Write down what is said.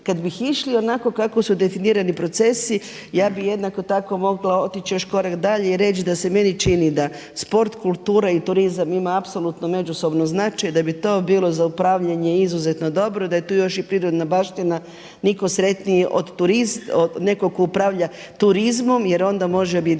Kad bi išli onako kako su definirani procesi, ja bih jednako tako mogla otići još korak dalje i reći da se meni čini da sport, kultura i turizam imaju apsolutno međusobni značaj, da bi to bilo za upravljanje izuzetno dobro, da je tu još i prirodna baština nitko sretniji od nekog tko upravlja turizmom jer onda može